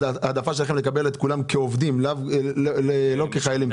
ההעדפה שלכם היא לקבל את כולם כעובדים ולא כחיילים.